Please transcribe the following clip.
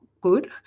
good